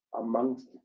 amongst